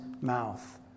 mouth